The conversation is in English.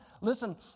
Listen